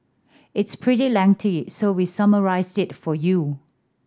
it's pretty lengthy so we summarised it for you